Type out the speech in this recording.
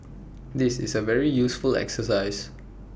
this is A very useful exercise